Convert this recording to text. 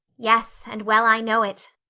yes, and well i know it,